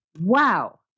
Wow